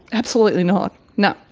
absolutely not, no,